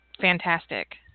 fantastic